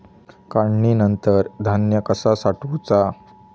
काढणीनंतर धान्य कसा साठवुचा?